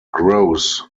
gross